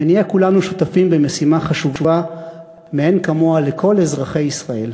ונהיה כולנו שותפים במשימה חשובה מאין כמוה לכל אזרחי ישראל.